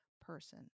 person